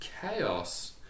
chaos